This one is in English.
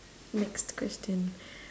next question